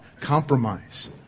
compromise